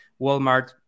Walmart